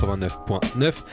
89.9